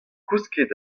kousket